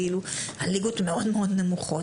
על ליגות מאוד מאוד נמוכות,